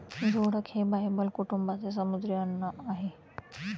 जोडक हे बायबल कुटुंबाचे समुद्री अन्न आहे